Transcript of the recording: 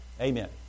Amen